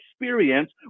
experience